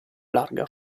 larga